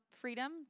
freedom